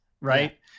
right